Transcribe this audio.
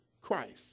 Christ